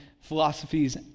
philosophies